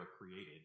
created